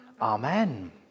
Amen